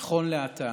נכון לעתה